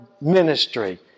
ministry